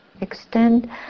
extend